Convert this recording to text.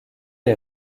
est